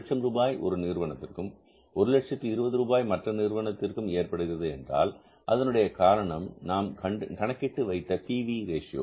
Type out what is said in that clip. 100000 ரூபாய் ஒரு நிறுவனத்திற்கும் 120000 ரூபாய் மற்ற நிறுவனத்திற்கும் ஏற்படுகிறது என்றால் அதனுடைய காரணம் நாம் கணக்கிட்டு வைத்த பி வி ரேஷியோ